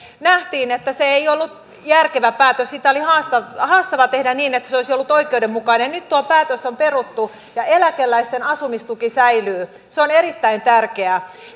ei ollut järkevä päätös sitä oli haastavaa tehdä niin että se olisi ollut oikeudenmukainen nyt tuo päätös on peruttu ja eläkeläisten asumistuki säilyy se on erittäin tärkeää